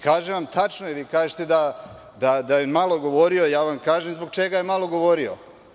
Kažem vam, tačno je, vi kažete da je malo govorio, govorim vam zbog čega je malo govorio.